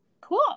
cool